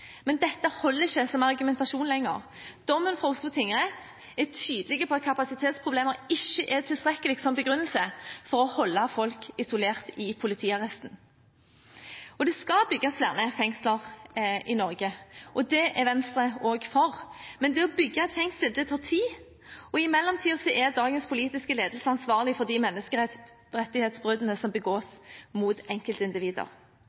Men dette holder ikke som argumentasjon lenger. Dommen fra Oslo tingrett er tydelig på at kapasitetsproblemer ikke er tilstrekkelig som begrunnelse for å holde folk isolert i politiarresten. Det skal bygges flere fengsler i Norge, og det er vi i Venstre også for, men det å bygge et fengsel tar tid. I mellomtiden er dagens politiske ledelse ansvarlig for de menneskerettighetsbruddene som